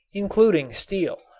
including steel,